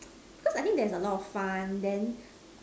cause I think there's a lot of fun then